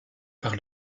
par